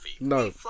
no